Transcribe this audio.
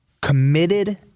committed